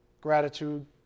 gratitude